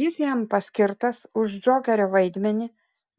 jis jam paskirtas už džokerio vaidmenį